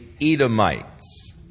Edomites